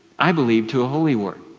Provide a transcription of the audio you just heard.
i believe, to a holy war.